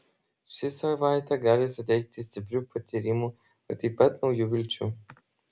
ši savaitė gali suteikti stiprių patyrimų o taip pat naujų vilčių